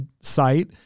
site